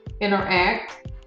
interact